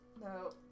No